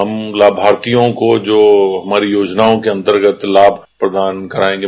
हम लाभार्थियों को जो हमारी योजनाओं के अन्तर्गत लाभ प्रदान करायेंगे